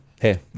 Hey